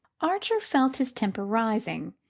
archer felt his temper rising.